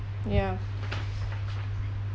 ya